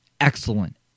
Excellent